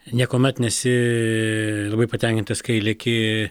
niekuomet nesi labai patenkintas kai lieki